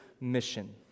mission